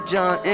John